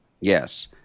Yes